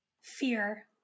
Fear